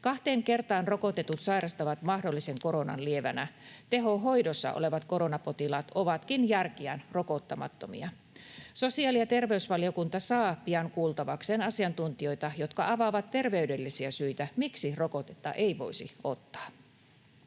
Kahteen kertaan rokotetut sairastavat mahdollisen koronan lievänä. Tehohoidossa olevat koronapotilaat ovatkin järkiään rokottamattomia. Sosiaali- ja terveysvaliokunta saa pian kuultavakseen asiantuntijoita, jotka avaavat terveydellisiä syitä, miksi rokotetta ei voisi ottaa.